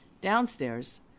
Downstairs